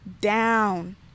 down